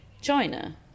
China